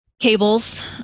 cables